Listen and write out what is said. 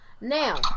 Now